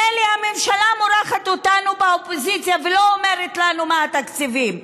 מילא הממשלה מורחת אותנו באופוזיציה ולא אומרת לנו מה התקציבים,